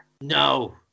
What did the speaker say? No